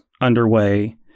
underway